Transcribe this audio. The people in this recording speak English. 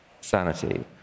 sanity